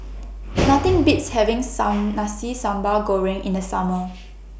Nothing Beats having Some Nasi Sambal Goreng in The Summer